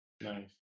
Nice